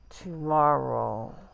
tomorrow